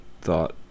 thought